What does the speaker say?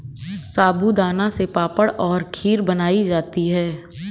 साबूदाना से पापड़ और खीर बनाई जाती है